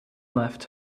left